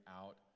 out